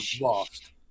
lost